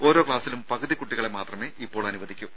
ഓരോ ക്സാസിലും പകുതി കുട്ടികളെ മാത്രമേ ഇപ്പോൾ അനുവദിക്കൂ